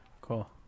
Cool